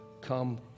Come